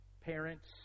parents